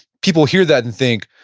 people hear that and think,